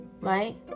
right